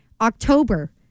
October